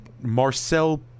Marcel